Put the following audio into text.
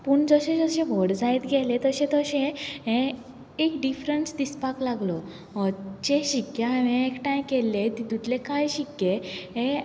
पूण जशें जशें व्हड जायत गेलें तशें तशें हें एक डिफरंन्स दिसपाक लागलो जे शिक्के हांवें एकठांय केल्ले तितूंतले कांय शिक्के हे